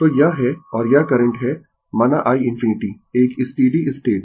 तो यह है और यह करंट है माना i ∞ एक स्टीडी स्टेट